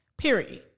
period